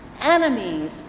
enemies